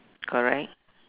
correct